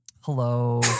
Hello